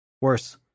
Worse